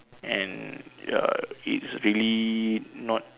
and uh it's really not